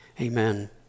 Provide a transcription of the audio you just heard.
Amen